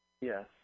Yes